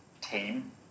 team